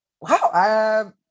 wow